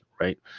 right